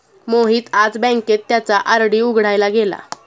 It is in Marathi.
मोहित आज बँकेत त्याचा आर.डी उघडायला गेला